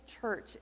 church